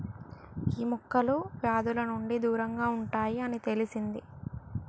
గీ మొక్కలు వ్యాధుల నుండి దూరంగా ఉంటాయి అని తెలిసింది